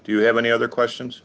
do you have any other questions